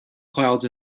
clouds